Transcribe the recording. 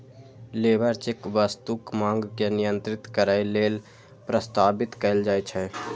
labour check वस्तुक मांग के नियंत्रित करै लेल प्रस्तावित कैल जाइ छै